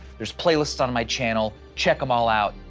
there's playlist on my channel, check them all out,